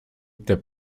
der